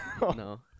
No